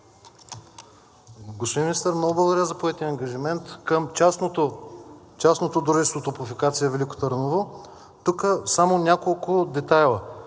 Господин Министър, много благодаря за поетия ангажимент към частното дружество „Топлофикация – Велико Търново“. Няколко детайла